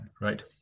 right